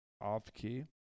off-key